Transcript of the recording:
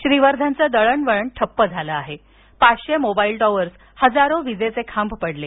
श्रीवर्धनचं दळणवळण ठप्प झालं असून पाचशे मोबाईल टॉवर हजारो विजेचे खांब पडले